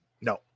No